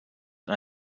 and